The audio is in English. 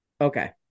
Okay